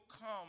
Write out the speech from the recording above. come